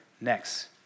next